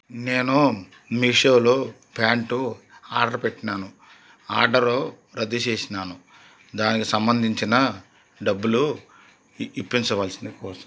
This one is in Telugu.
నేను మీషోలో ప్యాంటు ఆర్డర్ పెట్టాను ఆర్డరు రద్దు చేసాను దానికి సంబంధించిన డబ్బులు ఇప్పించవలసినదిగా కోరుతున్నాను